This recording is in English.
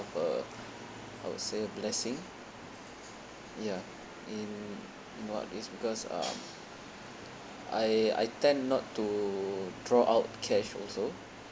of a I would say a blessing ya in in what ways because um I I tend not to draw out cash also